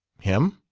him?